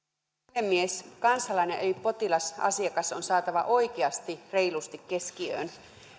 puhemies kansalainen eli potilas asiakas on saatava oikeasti reilusti keskiöön